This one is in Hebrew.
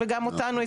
וגם אותנו,